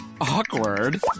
Awkward